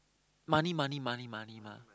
money money money money mah